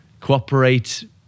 cooperate